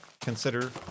consider